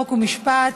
חוק ומשפט